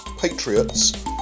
Patriots